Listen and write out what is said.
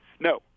No